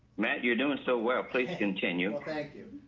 matt, you're doing so well, please continue. thank you.